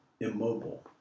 immobile